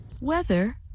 Weather